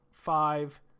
Five